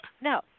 No